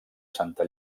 santa